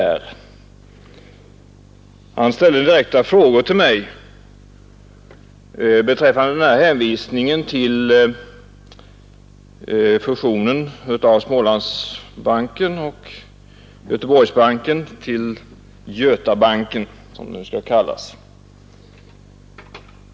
Herr Möller ställde direkta frågor till mig beträffande hänvisningen till fusionen av Smålands bank och Göteborgs bank till Götabanken, som den skall kallas.